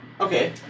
Okay